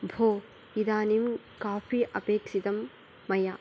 भो इदानीं काफ़ी अपेक्षितं मया